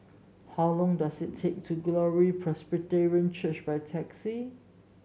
how long does it take to Glory Presbyterian Church by taxi